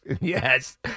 Yes